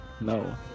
No